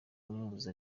amuzi